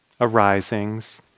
arisings